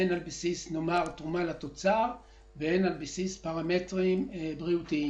הן על בסיס של תרומה לתוצר והן על בסיס של פרמטרים בריאותיים.